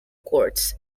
courts